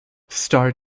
star